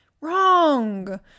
Wrong